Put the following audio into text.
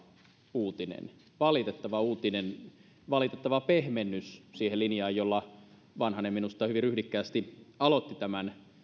uutinen valitettava uutinen valitettava pehmennys siihen linjaan jolla vanhanen minusta hyvin ryhdikkäästi aloitti tämän